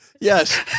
Yes